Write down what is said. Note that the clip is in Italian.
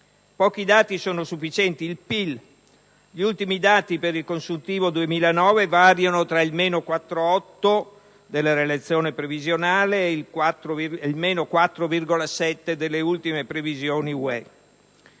Pochi dati sono sufficienti. Con riguardo al PIL, gli ultimi dati per il consuntivo 2009 variano tra il meno 4,8 della relazione previsionale ed il meno 4,7 delle ultime previsioni UE.